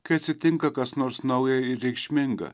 kai atsitinka kas nors nauja ir reikšminga